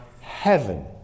heaven